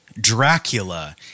Dracula